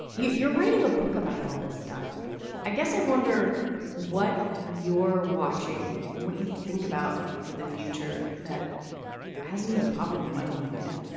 you're you're writing a book about all this stuff i guess i wonder what you're watching what you think about for the future that hasn't even popped into my mind yet